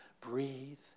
Breathe